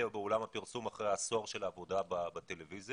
ובעולם הפרסום אחרי עשור של עבודה בטלוויזיה,